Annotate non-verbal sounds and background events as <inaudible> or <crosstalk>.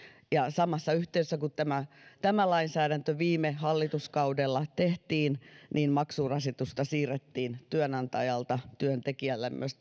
samassa yhteydessä kun tämä tämä lainsäädäntö viime hallituskaudella tehtiin maksurasitusta siirrettiin työnantajalta työntekijälle myös <unintelligible>